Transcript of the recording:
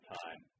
time